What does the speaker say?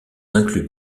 incluent